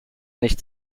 nicht